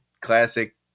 classic